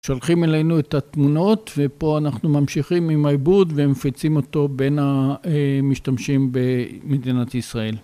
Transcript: שולחים אלינו את התמונות ופה אנחנו ממשיכים עם העיבוד ומפיצים אותו בין המשתמשים במדינת ישראל.